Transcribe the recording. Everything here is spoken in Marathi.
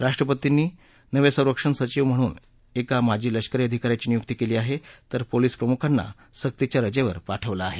राष्ट्रपतींनी नवे संरक्षण सचिव म्हणून एका माजी लष्करी अधिका याची नियुक्ती केली आहे तर पोलीस प्रमुखांना सक्तीच्या रजेवर पाठवलं आहे